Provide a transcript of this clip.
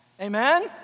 Amen